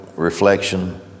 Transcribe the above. Reflection